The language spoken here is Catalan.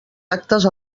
actes